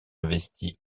investit